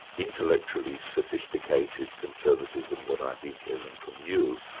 intellectually sophisticated conservatism that i've been hearing from you,